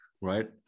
right